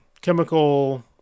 chemical